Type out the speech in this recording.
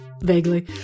vaguely